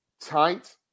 tight